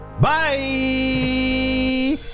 Bye